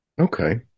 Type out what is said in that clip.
okay